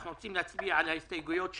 אנחנו רוצים להצביע על ההסתייגויות שלנו,